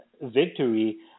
victory